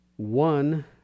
One